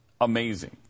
amazing